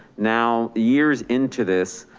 now, years into this,